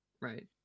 Right